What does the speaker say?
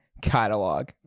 catalog